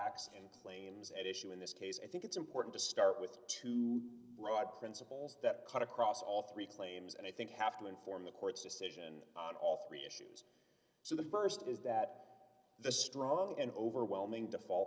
accident claims at issue in this case i think it's important to start with too broad principles that cut across all three claims and i think have to inform the court's decision on all three issues so the st is that the strong and overwhelming default